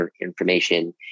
information